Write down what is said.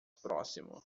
próximo